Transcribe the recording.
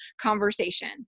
conversation